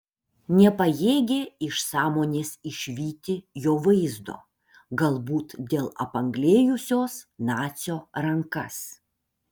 nepajėgė iš sąmonės išvyti jo vaizdo galbūt dėl apanglėjusios nacio rankas